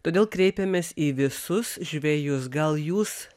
todėl kreipiamės į visus žvejus gal jūs